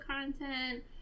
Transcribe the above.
content